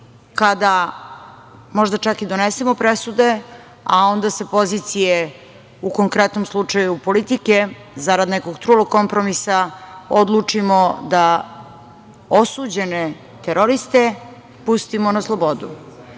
kada možda čak i donesemo presude, a onda sa pozicije u konkretnom slučaju politike zarad nekog trulog kompromisa odlučimo da osuđene teroriste pustimo na slobodu. Nisam